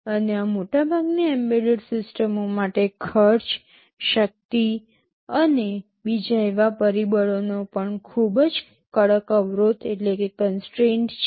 અને આ મોટાભાગની એમ્બેડેડ સિસ્ટમો માટે ખર્ચ શક્તિ અને બીજા એવા પરિબળોનો પણ ખૂબ જ કડક અવરોધ છે